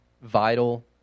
vital